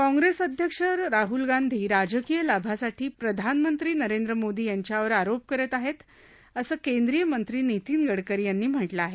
काँग्रेस अध्यक्ष राहल गांधी राजकीय लाभासाठी प्रधानमंत्री नरेंद्र मोदी यांच्यावर आरोप करत आहेत असं केंद्रीय मंत्री नीतीन गडकरी यांनी म्हटलं आहे